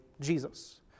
Jesus